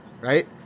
right